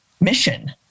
mission